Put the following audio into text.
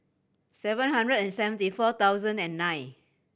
seven hundred and seventy four thousand and nine